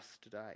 today